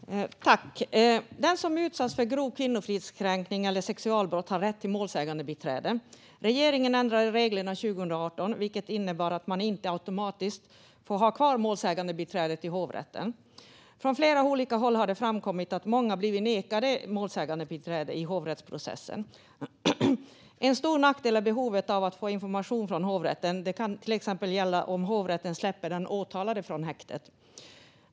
Herr talman! Den som utsatts för grov kvinnofridskränkning eller sexualbrott har rätt till målsägandebiträde. Regeringen ändrade reglerna 2018, vilket innebar att man inte automatiskt får ha kvar målsägandebiträdet i hovrätten. Från flera olika håll har det framkommit att många har blivit nekade målsägandebiträde i hovrättsprocessen. En stor nackdel gäller behovet av att få information av hovrätten. Det kan till exempel handla om att hovrätten släpper den åtalade från häktet.